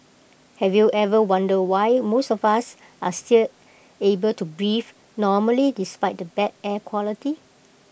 have you ever wondered why most of us are still able to breathe normally despite the bad air quality